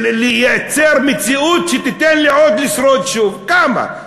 לייצר מציאות שתיתן לי עוד לשרוד שוב, כמה?